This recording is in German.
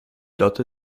lotte